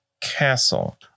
castle